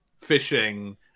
fishing